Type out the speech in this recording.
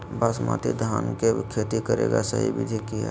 बासमती धान के खेती करेगा सही विधि की हय?